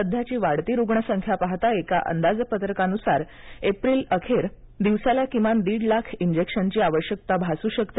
सध्याची वाढती रुग्ण संख्या पाहता एका अंदाजानुसार एप्रिल अखेर दिवसाला किमान दीड लाख इंजेक्शनची आवश्यकता भासू शकते